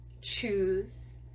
choose